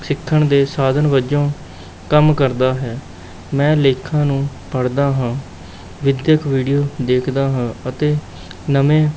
ਸਿੱਖਣ ਦੇ ਸਾਧਨ ਵਜੋਂ ਕੰਮ ਕਰਦਾ ਹੈ ਮੈਂ ਲੇਖਾਂ ਨੂੰ ਪੜ੍ਹਦਾ ਹਾਂ ਵਿੱਦਿਅਕ ਵੀਡਿਓ ਦੇਖਦਾ ਹਾਂ ਅਤੇ ਨਵੇਂ